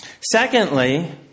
Secondly